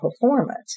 performance